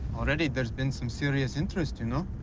already there's been some serious interest, you know?